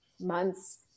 months